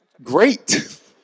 Great